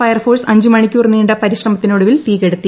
fire force അഞ്ച് മണിക്കൂർ നീ പരിശ്രമത്തിന് ഒടുവിൽ തീകെടുത്തി